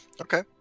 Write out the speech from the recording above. Okay